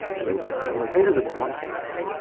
so while they hated him in one sense,